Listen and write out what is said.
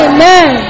Amen